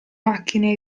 macchine